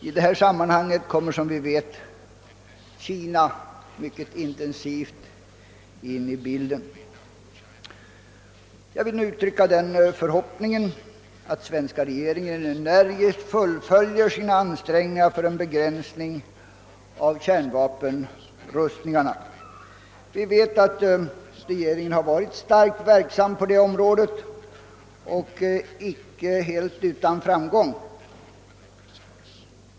I detta sammanhang kommer, som vi vet, Kina mycket intensivt in i bilden. Jag vill uttrycka förhoppningen att den svenska regeringen energiskt fullföljer sina ansträngningar för att få till stånd en begränsning av kärnvapenrustningarna. Regeringen har ju varit livligt verksam på detta område och icke helt utan framgång.